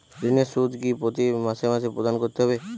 ঋণের সুদ কি প্রতি মাসে মাসে প্রদান করতে হবে?